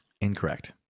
Incorrect